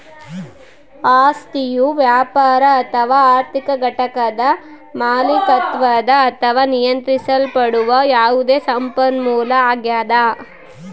ಆಸ್ತಿಯು ವ್ಯಾಪಾರ ಅಥವಾ ಆರ್ಥಿಕ ಘಟಕದ ಮಾಲೀಕತ್ವದ ಅಥವಾ ನಿಯಂತ್ರಿಸಲ್ಪಡುವ ಯಾವುದೇ ಸಂಪನ್ಮೂಲ ಆಗ್ಯದ